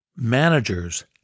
Managers